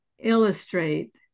illustrate